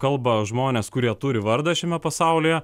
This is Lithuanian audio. kalba žmonės kurie turi vardą šiame pasaulyje